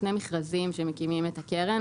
שני מכרזים שמקימים את הקרן,